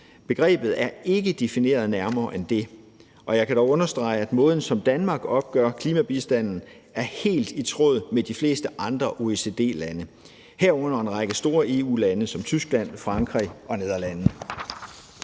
Begrebet er ikke defineret nærmere end det, og jeg kan da understrege, at måden, som Danmark opgør klimabistanden på, er helt i tråd med de fleste andre OECD-lande, herunder en række store EU-lande som Tyskland, Frankrig og Nederlandene.